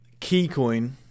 Keycoin